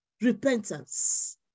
Repentance